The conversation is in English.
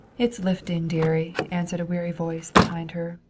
it's lifting, dearie, answered a weary voice behind her.